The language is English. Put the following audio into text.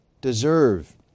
deserve